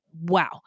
wow